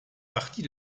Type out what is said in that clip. partie